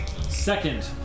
Second